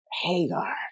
Hagar